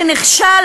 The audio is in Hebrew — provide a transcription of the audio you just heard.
שנכשל,